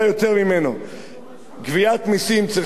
גביית מסים צריכה להיעשות בצורה אחראית,